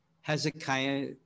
Hezekiah